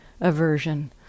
aversion